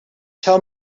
tell